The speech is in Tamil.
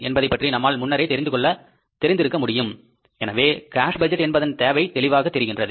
என்பதை பற்றி நம்மால் முன்னரே தெரிந்து இருக்க முடியும் எனவே கேஸ்பட்ஜெட் என்பதன் தேவை தெளிவாக தெரிகின்றது